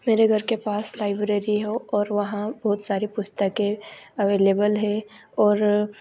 मेरे घर के पास लाइब्रेरी है और वहाँ बहुत सारे पुस्तकें अवेलेबल हैं और